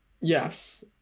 Yes